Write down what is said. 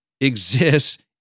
exists